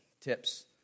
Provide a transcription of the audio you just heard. tips